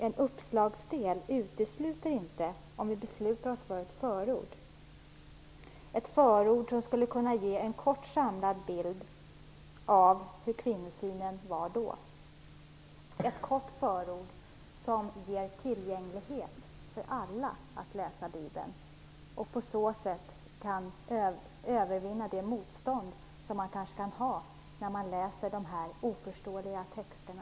En uppslagsdel utesluter inte - om vi nu beslutar oss för det - ett förord, som skulle kunna ge en kort samlad bild av hur kvinnosynen var då, som ger tillgänglighet så att alla kan läsa Bibeln och på så sätt kan övervinna det motstånd som man kanske kan ha när man läser de oförståeliga texterna.